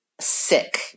sick